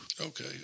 Okay